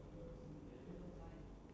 they are maybe